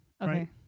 okay